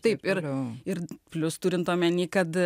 taip ir ir plius turint omeny kad